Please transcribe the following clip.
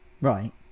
Right